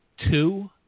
two